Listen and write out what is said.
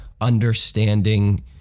understanding